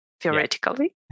theoretically